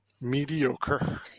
mediocre